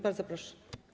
Bardzo proszę.